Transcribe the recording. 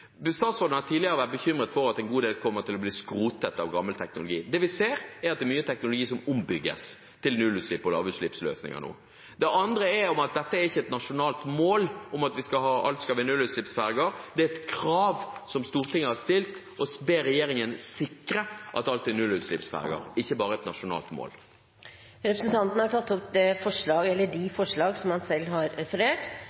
ser, er at det er mye teknologi som ombygges til nullutslipps- og lavutslippsløsninger nå. Det andre er at dette er ikke et nasjonalt mål om at alt skal være nullutslippsferger, det er et krav som Stortinget har stilt. Vi ber regjeringen sikre at alt er nullutslippsferger – ikke bare et nasjonalt mål. Representanten Heikki Eidsvoll Holmås har tatt opp